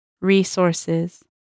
Resources